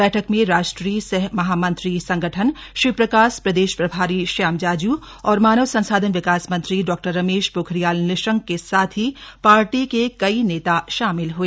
बैठक में राष्ट्रीय सह महामंत्री संगठन शिवप्रकाश प्रदेश प्रभारी श्याम जाजू और मानव संसाधन विकास मंत्री डॉ रमेश पोखरियाल निशंक के साथ ही पार्टी के कई नेता शामिल हए